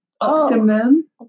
Optimum